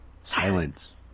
Silence